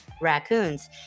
raccoons